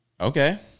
okay